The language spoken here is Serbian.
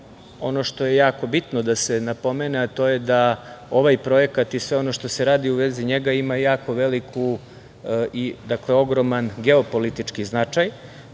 što je jako bitno da se napomene, a to je da ovaj projekat i sve ono što se radi u vezi njega ima jako veliki, ogroman geopolitički značaj,